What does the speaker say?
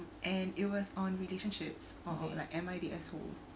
and it was on relationships or like am I the asshole